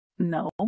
No